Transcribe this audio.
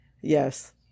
yes